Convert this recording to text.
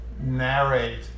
narrate